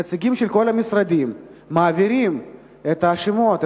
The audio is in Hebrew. נציגים של כל המשרדים מעבירים את השמות,